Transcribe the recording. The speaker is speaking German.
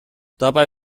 dabei